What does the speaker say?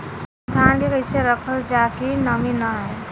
धान के कइसे रखल जाकि नमी न आए?